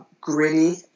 gritty